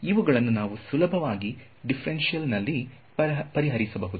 ಅವುಗಳನ್ನು ನಾವು ಸುಲಭವಾಗಿ ದಿಫರೆನ್ಸಿಯಲ್ ನಲ್ಲಿ ಪರಿಹರಿಸಬಹುದು